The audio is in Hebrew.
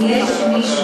אם יש מישהו,